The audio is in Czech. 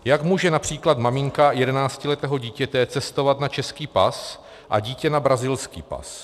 Jak může například maminka jedenáctiletého dítěte cestovat na český pas a dítě na brazilský pas?